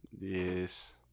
Yes